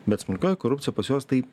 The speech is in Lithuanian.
bet smulkioji korupcija pas juos tai